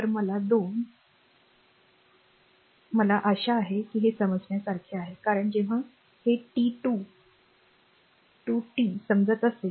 तर 2 मला आशा आहे की हे समजण्यासारखे आहे कारण जेव्हा हे टी टू टी समजत असेल